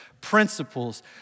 principles